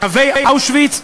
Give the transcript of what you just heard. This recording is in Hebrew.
קווי אושוויץ,